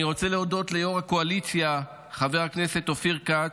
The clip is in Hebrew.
אני רוצה להודות ליו"ר הקואליציה חבר הכנסת אופיר כץ,